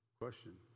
Question